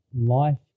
life